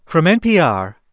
from npr,